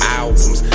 albums